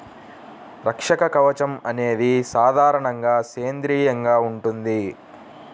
రక్షక కవచం అనేది సాధారణంగా సేంద్రీయంగా ఉంటుంది